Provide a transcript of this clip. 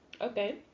Okay